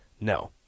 No